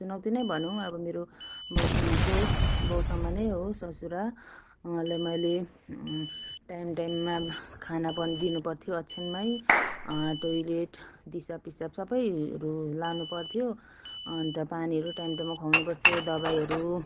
चुनौती नै भनौँ अब मेरो बाउ समानको बाउ समानै हो ससुरा उहाँलाई मैले टाइम टाइममा खाना पनि दिनुपर्थ्यो ओछ्यानमै टोइलेट दिशा पिसाब सबैहरू लानुपर्थ्यो अन्त पानीहरू टाइम टाइममा खुवाउनु पर्थ्यो दबाईहरू